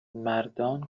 مردان